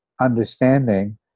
understanding